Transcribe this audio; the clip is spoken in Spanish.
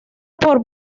por